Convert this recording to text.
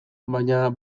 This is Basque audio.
baina